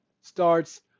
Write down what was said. starts